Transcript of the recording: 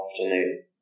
afternoon